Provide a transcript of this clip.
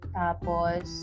tapos